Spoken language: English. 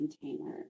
container